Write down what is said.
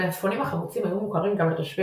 המלפפונים החמוצים היו מוכרים גם לתושבי